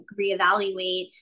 reevaluate